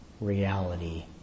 reality